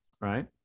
right